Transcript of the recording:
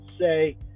say